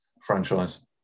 franchise